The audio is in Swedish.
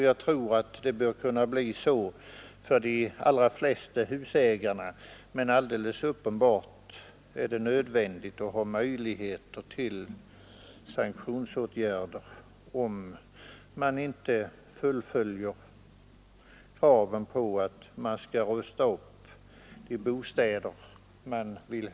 Jag tror att så bör kunna bli fallet för de allra flesta husägare, men det är alldeles uppenbart nödvändigt med möjlighet till sanktionsåtgärder, om inte kraven på upprustning av bostäder tillmötesgås.